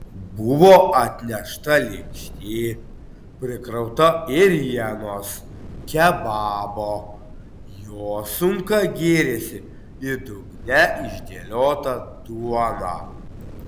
buvo atnešta lėkštė prikrauta ėrienos kebabo jo sunka gėrėsi į dugne išdėliotą duoną